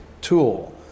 tool